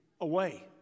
away